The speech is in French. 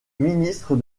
ministre